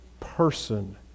Person